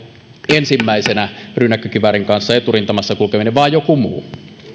ensimmäisenä rynnäkkökiväärin kanssa eturintamassa kulkeminen vaan joku muu